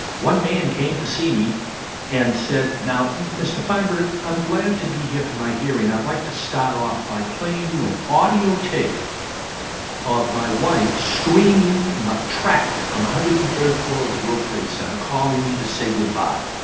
one man came to see me and said now mr feinberg, i'm glad to be here for my hearing. i'd like to start off by playing you an audio tape of my wife screaming and trapped on the one hundred and third floor of the world trade center calling me to say good-bye.